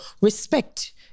respect